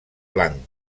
blanc